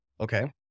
Okay